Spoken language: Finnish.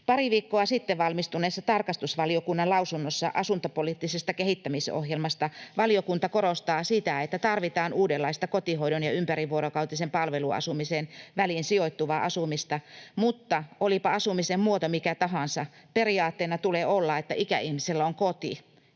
Pari viikkoa sitten valmistuneessa tarkastusvaliokunnan lausunnossa asuntopoliittisesta kehittämisohjelmasta valiokunta korostaa sitä, että tarvitaan uudenlaista kotihoidon ja ympärivuorokautisen palveluasumisen väliin sijoittuvaa asumista. Mutta, olipa asumisen muoto mikä tahansa, periaatteena tulee olla, että ikäihmisellä on koti,